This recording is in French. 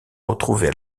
retrouvées